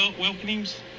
welcomings